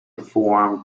form